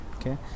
okay